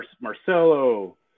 Marcelo